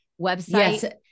website